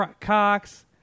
Cox